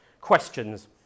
questions